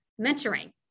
mentoring